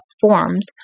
forms